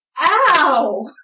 Ow